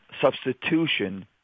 substitution